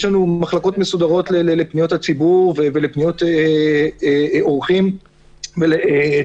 יש לנו מחלקות מסודרות לפניות הציבור ולפניות אורחים ולתלונות: